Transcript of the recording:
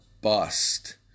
bust